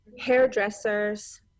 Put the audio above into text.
hairdressers